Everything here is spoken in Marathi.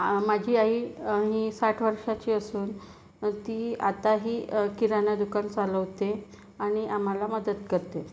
माझी आई ही साठ वर्षाची असून ती आताही किराणा दुकान चालवते आणि आम्हाला मदत करते